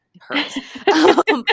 hurts